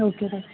okay doctor